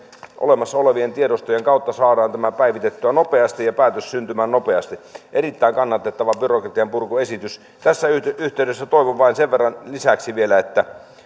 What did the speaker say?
olemassa olevien tiedostojen kautta saadaan tämä päivitettyä nopeasti ja päätös syntymään nopeasti erittäin kannatettava byrokratianpurkuesitys tässä yhteydessä toivoisin vain sen verran lisäksi vielä että